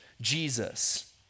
Jesus